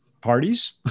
parties